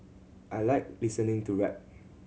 I like listening to rap